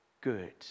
good